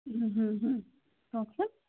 কওকচোন